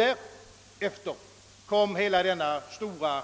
Därefter kom hela denna stora,